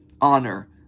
honor